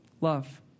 love